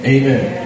Amen